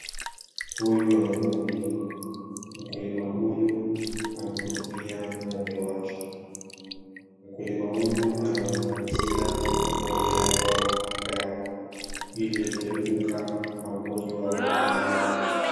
Huyu ni mkulima, mkulima huyu anahudumia ng'ombe wake. Mkulima huyu anawanyunyuzia ng'ombe hawa dawa, ili kuepuka magonjwa mengine.